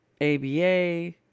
ABA